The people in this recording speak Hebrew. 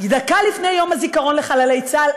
דקה לפני יום הזיכרון לחללי צה"ל,